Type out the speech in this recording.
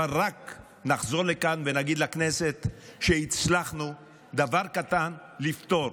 אבל רק נחזור לכאן ונגיד לכנסת שהצלחנו דבר קטן לפתור.